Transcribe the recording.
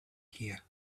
here